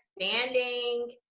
standing